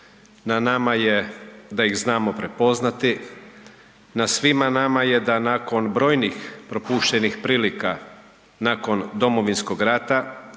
na nama je da ih znamo prepoznati, na svima nama je da nakon brojnih propuštenih prilika nakon Domovinskog rata